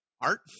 art